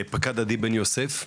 עדי בן יוסף?